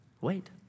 wait